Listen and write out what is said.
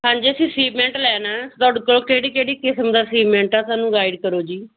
ਹਾਂਜੀ ਸੀਮੈਂਟ ਲੈਣਾ ਤੁਹਾਡੇ ਤੋਂ ਕਿਹੜੀ ਕਿਹੜੀ ਕਿਸਮ ਦਾ ਸੀਮੈਂਟ ਹੈ ਸਾਨੂੰ ਗਾਈਡ ਕਰੋ ਜੀ